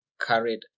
carried